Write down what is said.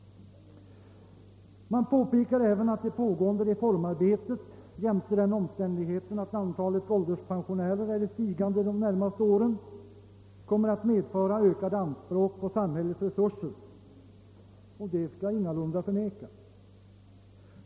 Man påpekar även att det pågående reformarbetet jämte den omständigheten, att antalet ålderspensionärer är i stigande, de närmaste åren kommer att medföra ökade anspråk på samhällets resurser. Det kan ingalunda förnekas.